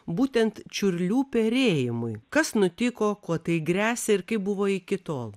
būtent čiurlių perėjimui kas nutiko kuo tai gresia ir kaip buvo iki tol